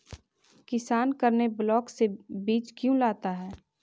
किसान करने ब्लाक से बीज क्यों लाता है?